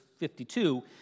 52